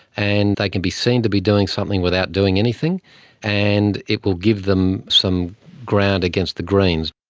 and they can be seen to be doing something without doing anything and it will give them some ground against the greens.